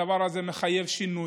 הדבר הזה מחייב שינוי,